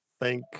Thank